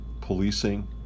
policing